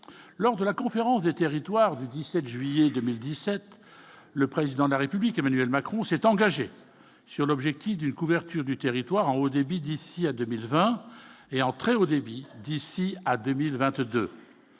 lors de la conférence des territoires du 17 juillet 2017, le président de la République, Emmanuel Macron, s'est engagé sur l'objectif d'une couverture du territoire en haut débit d'ici à 2020 et en très haut débit d'ici à 2022,